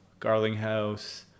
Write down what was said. Garlinghouse